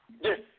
Yes